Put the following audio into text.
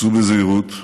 סעו בזהירות.